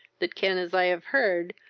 that can, as i have heard,